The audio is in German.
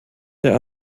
der